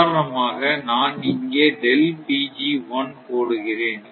உதாரணமாக நான் இங்கே போடுகிறேன்